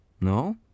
No